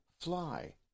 fly